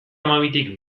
hamabitik